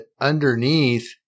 underneath